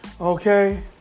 Okay